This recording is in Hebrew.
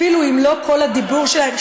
אפילו אם אל כל הדיבור שלהם,